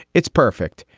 it's perfect.